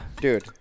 Dude